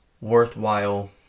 worthwhile